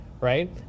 right